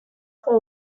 froid